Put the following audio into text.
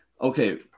Okay